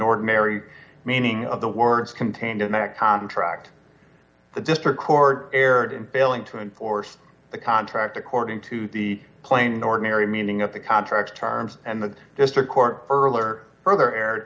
unordinary meaning of the words contained in that contract the district court erred in failing to enforce the contract according to the plain ordinary meaning of the contract terms and the district court earlier further erred